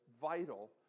vital